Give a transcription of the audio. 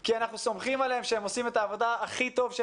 כי אנחנו סומכים עליהם שהם עושים את העבודה הכי טוב.